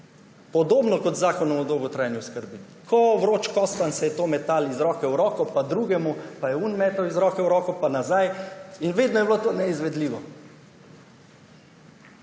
Podobno kot z zakonom o dolgotrajni oskrbi. Kot vroč kostanj se je to metalo iz roke v roko, pa drugemu, pa je oni metal iz roke v roko, pa nazaj. In vedno je bilo to neizvedljivo.